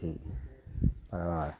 उ जे सर्वास्तु